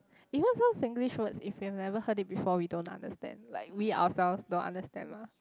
even some Singlish words if we have never heard it before we don't understand like we ourselves don't understand mah